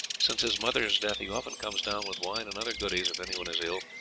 since his mother's death he often comes down with wine and other goodies if anyone is ill,